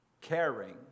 caring